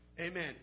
Amen